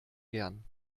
gern